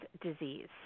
disease